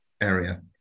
area